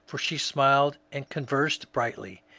for she smiled and conversed brightly,